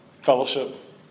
fellowship